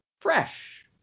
fresh